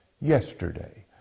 yesterday